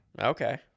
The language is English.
Okay